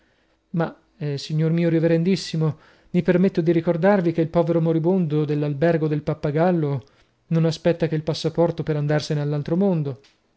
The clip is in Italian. ma signor mio reverendissimo mi permetto di ricordarvi che il povero moribondo dell'albergo del pappagallo non aspetta che il passaporto per andarsene all'altro mondo